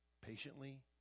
patiently